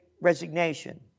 resignation